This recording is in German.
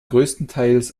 größtenteils